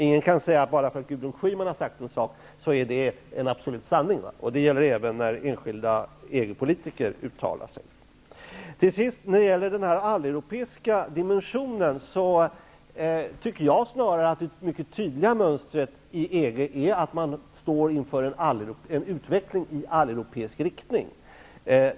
Ingen kan påstå att bara därför att Gudrun Schyman sagt en sak, så är det den absoluta sanningen. Detta gäller även när enskilda EG politiker uttalar sig. När det gäller den alleuropeiska dimensionen tycker jag snarast att det mycket tydliga mönstret i EG är att man står inför en utveckling i alleuropeisk riktning.